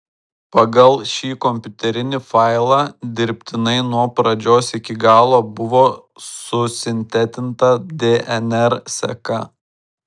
pagal šį kompiuterinį failą dirbtinai nuo pradžios iki galo buvo susintetinta dnr seka